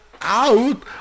out